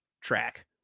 track